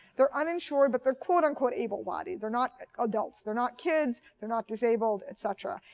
they're uninsured but they're quote unquote able-bodied. they're not adults. they're not kids. they're not disabled, et cetera.